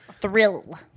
Thrill